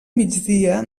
migdia